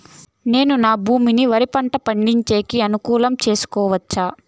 నేను నా భూమిని వరి పంట పండించేకి అనుకూలమా చేసుకోవచ్చా?